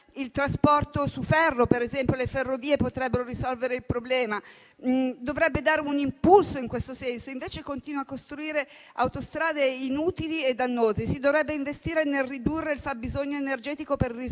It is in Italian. il trasporto su ferro, per esempio le ferrovie, che potrebbero risolvere il problema. Dovrebbe dare un impulso in questo senso. Invece continua a costruire autostrade inutili e dannose. Si dovrebbe investire nel ridurre il fabbisogno energetico per il